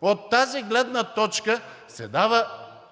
От тази гледна точка се дава